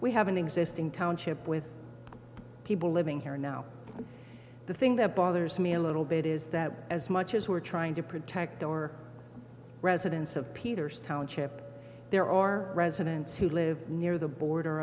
we have an existing township with people living here now the thing that bothers me a little bit is that as much as we're trying to protect our residents of peter's township there are residents who live near the border